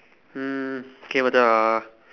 mm okay Macha